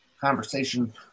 conversation